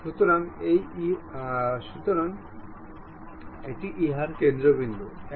সুতরাং এটি ইহার কেন্দ্রবিন্দু হবে